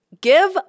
give